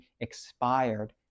expired